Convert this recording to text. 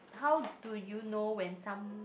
how do you know when some